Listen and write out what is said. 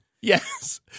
Yes